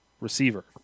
receiver